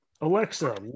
alexa